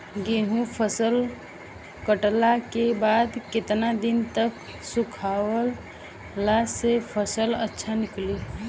गेंहू फसल कटला के बाद केतना दिन तक सुखावला से फसल अच्छा निकली?